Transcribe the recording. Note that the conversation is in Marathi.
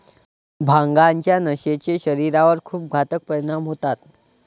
भांगाच्या नशेचे शरीरावर खूप घातक परिणाम होतात